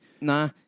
Nah